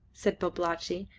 said babalatchi,